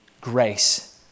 grace